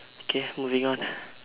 okay moving on